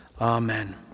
Amen